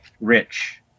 rich